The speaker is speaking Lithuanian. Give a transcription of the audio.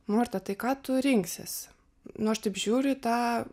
morta tai ką tu rinksiesi nu aš taip žiūriu į tą